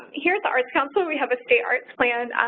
here at the arts council, we have a state arts plan,